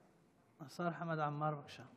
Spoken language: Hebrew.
השר חמד עמאר, בבקשה,